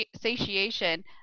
satiation